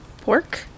Pork